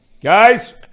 Guys